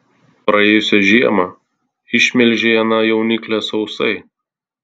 praėjusią žiemą išmelžei aną jauniklę sausai